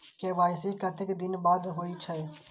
KYC कतेक दिन बाद होई छै?